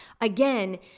again